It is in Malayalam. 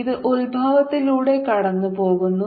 ഇത് ഉത്ഭവത്തിലൂടെ കടന്നുപോകുന്നു